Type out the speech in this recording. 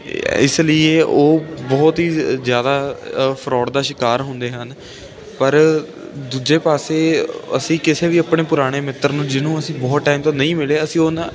ਇਸ ਲੀਏ ਉਹ ਬਹੁਤ ਹੀ ਜ਼ਿਆਦਾ ਫਰੋਡ ਦਾ ਸ਼ਿਕਾਰ ਹੁੰਦੇ ਹਨ ਪਰ ਦੂਜੇ ਪਾਸੇ ਅਸੀਂ ਕਿਸੇ ਵੀ ਆਪਣੇ ਪੁਰਾਣੇ ਮਿੱਤਰ ਨੂੰ ਜਿਹਨੂੰ ਅਸੀਂ ਬਹੁਤ ਟਾਈਮ ਤੋਂ ਨਹੀਂ ਮਿਲੇ ਅਸੀਂ ਉਹਨਾਂ